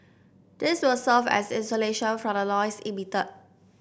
this will serve as insulation from the noise emitted